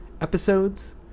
episodes